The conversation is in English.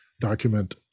document